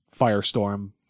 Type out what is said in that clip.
Firestorm